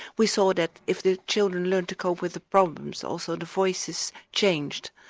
we saw that if the children learnt to cope with the problems also the voices changed,